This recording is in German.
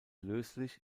löslich